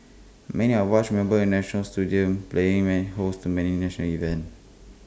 many of watch remember national stadium playing and host to many national events